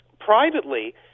Privately